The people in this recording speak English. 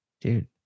Dude